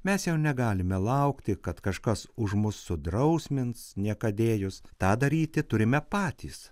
mes jau negalime laukti kad kažkas už mus sudrausmins niekadėjus tą daryti turime patys